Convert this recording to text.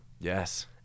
Yes